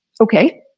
Okay